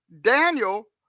Daniel